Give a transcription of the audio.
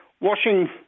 washing